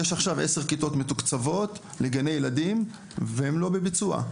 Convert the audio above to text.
יש עכשיו 10 כיתות מתוקצבות לגני ילדים והם לא בביצוע,